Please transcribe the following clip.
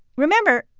remember,